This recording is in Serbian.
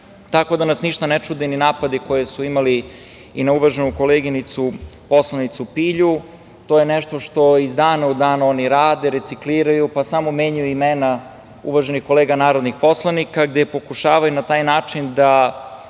da nas ništa ne čude ni napadi koje su imali i na uvaženu koleginicu, poslanicu Pilju. To je nešto što iz dana u dan oni rade, recikliraju, pa samo menjaju imena uvaženih kolega narodnih poslanika gde pokušavaju na taj način da